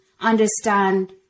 understand